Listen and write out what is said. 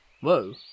Whoa